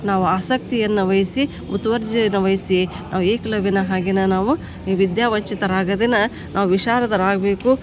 ನಾವು ಆಸಕ್ತಿಯನ್ನು ವಹಿಸಿ ಮುತುವರ್ಜಿಯನ್ನು ವಹಿಸಿ ನಾವು ಏಕಲವ್ಯನ ಹಾಗೇನೇ ನಾವು ಈ ವಿದ್ಯಾ ವಂಚಿತರಾಗದೆನೇ ನಾವು ವಿಶಾರದರಾಗಬೇಕು